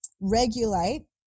regulate